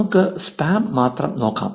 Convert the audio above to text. നമുക്ക് സ്പാം മാത്രം നോക്കാം